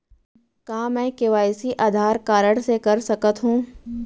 का मैं KYC Aadhaar card से कर सकत हो?